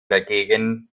dagegen